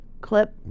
clip